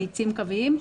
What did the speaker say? מאיצים קוויים,